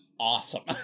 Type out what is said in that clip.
awesome